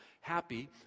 happy